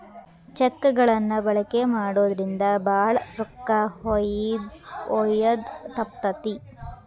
check ಗಳನ್ನ ಬಳಕೆ ಮಾಡೋದ್ರಿಂದ ಭಾಳ ರೊಕ್ಕ ಒಯ್ಯೋದ ತಪ್ತತಿ